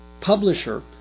publisher